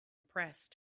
pressed